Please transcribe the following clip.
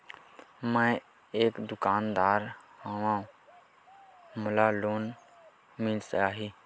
मै एक दुकानदार हवय मोला लोन मिल जाही?